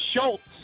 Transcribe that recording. Schultz